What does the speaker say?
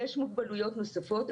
יש מוגבלות נוספות,